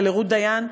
ולרות דיין,